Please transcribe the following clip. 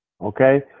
okay